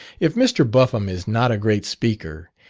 if mr. buffum is not a great speaker,